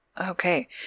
Okay